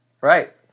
Right